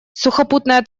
сухопутная